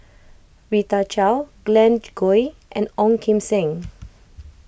Rita Chao Glen Goei and Ong Kim Seng